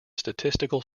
statistical